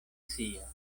sia